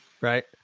Right